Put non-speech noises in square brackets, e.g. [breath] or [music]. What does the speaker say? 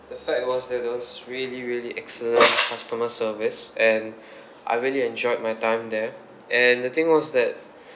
the fact was that it was really really excellent customer service and [breath] I really enjoyed my time there and the thing was that